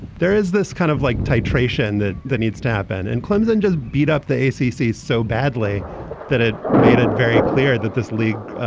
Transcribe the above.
there is this kind of like titration that that needs to happen. and clemson just beat up the scc so badly that it made it very clear that this league.